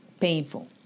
painful